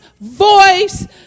voice